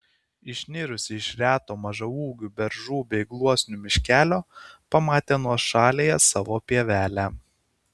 išnirusi iš reto mažaūgių beržų bei gluosnių miškelio pamatė nuošaliąją savo pievelę